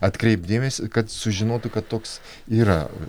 atkreipti dėmesį kad sužinotų kad toks yra